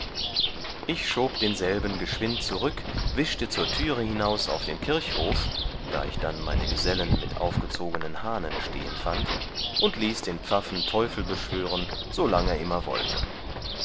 ich schob denselben geschwind zurück wischte zur türe hinaus auf den kirchhof da ich dann meine gesellen mit aufgezogenen hahnen stehen fand und ließ den pfaffen teufel beschwören solang er immer wollte